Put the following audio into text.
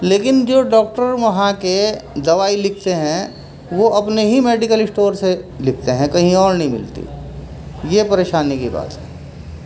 لیکن جو ڈاکٹر وہاں کے دوائی لکھتے ہیں وہ اپنے ہی میڈیکل اسٹور سے لکھتے ہیں کہیں اور نہیں ملتی یہ پریشانی کی بات ہے